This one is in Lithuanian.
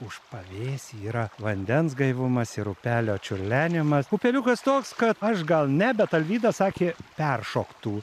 už pavėsį yra vandens gaivumas ir upelio čiurlenimas upeliukas toks kad aš gal ne bet arvydas sakė peršoktų